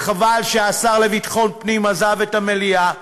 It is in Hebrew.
וחבל שהשר לביטחון פנים עזב את המליאה,